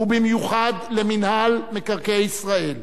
ובמיוחד למינהל מקרקעי ישראל,